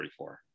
34